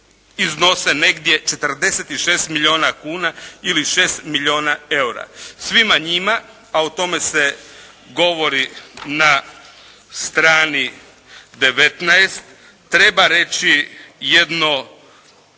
iznose negdje 46 milijuna kuna ili 6 milijuna EUR-a. Svima njima a o tome se govori na strani 19 treba reći jedno